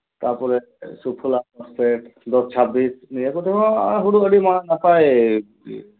ᱛᱟᱯᱚᱨᱮ ᱥᱩᱯᱷᱚᱞᱟ ᱥᱮ ᱫᱚᱥ ᱪᱷᱟᱵᱵᱤᱥ ᱱᱤᱭᱟᱹ ᱠᱚᱫᱚ ᱦᱩᱲᱩ ᱟᱹᱰᱤ ᱱᱟᱯᱟᱭ